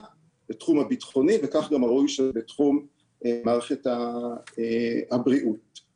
הצורך להרחיב את שירותי בריאות הנפש לבני